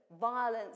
violence